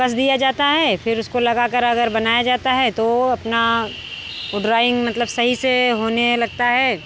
कस दिया जाता है फिर उसको लगा कर अगर बनाया जाता है तो अपना वो ड्राॅइंग मतलब सही से होने लगता है